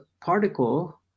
particle